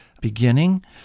beginning